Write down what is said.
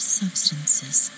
substances